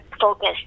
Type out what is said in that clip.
focus